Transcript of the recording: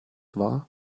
war